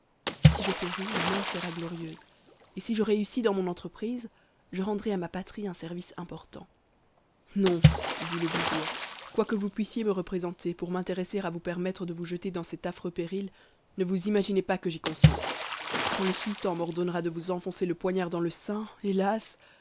si je péris ma mort sera glorieuse et si je réussis dans mon entreprise je rendrai à ma patrie un service important non dit le vizir quoi que vous puissiez me représenter pour m'intéresser à vous permettre de vous jeter dans cet affreux péril ne vous imaginez pas que j'y consente quand le sultan m'ordonnera de vous enfoncer le poignard dans le sein hélas